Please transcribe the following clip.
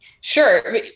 sure